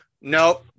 No